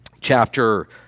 chapter